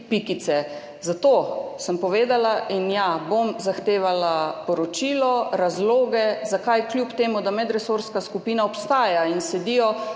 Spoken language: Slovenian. Zato, sem povedala, ja, bom zahtevala poročilo, razloge zakaj, kljub temu da medresorska skupina obstaja in sedijo